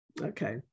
okay